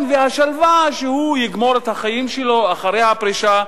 והשלווה שהוא יגמור את החיים שלו אחרי הפרישה.